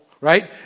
right